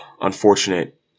unfortunate